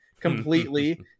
completely